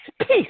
Peace